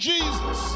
Jesus